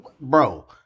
bro